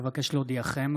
אבקש להודיעכם,